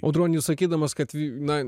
audroniau sakydamas kad na